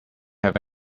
have